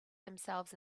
themselves